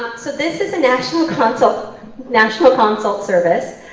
so this is a national consult national consult service.